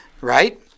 right